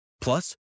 Plus